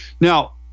Now